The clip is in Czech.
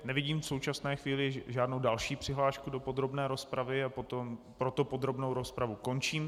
Nevidím v současné chvíli žádnou další přihlášku do podrobné rozpravy, a proto podrobnou rozpravu končím.